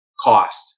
cost